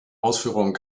ausführung